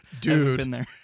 Dude